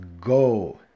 go